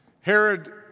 Herod